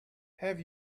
have